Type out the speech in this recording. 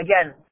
again